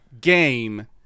game